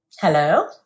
Hello